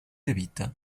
evita